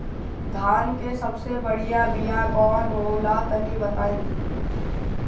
धान के सबसे बढ़िया बिया कौन हो ला तनि बाताई?